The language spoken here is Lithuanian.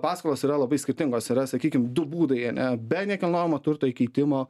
paskolos yra labai skirtingos yra sakykim du būdai ane be nekilnojamo turto įkeitimo